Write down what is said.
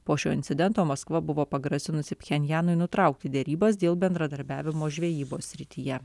po šio incidento maskva buvo pagrasinusi pchenjanui nutraukti derybas dėl bendradarbiavimo žvejybos srityje